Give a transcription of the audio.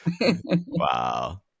Wow